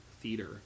theater